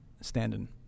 standing